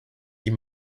die